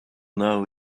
know